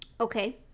Okay